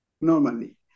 Normally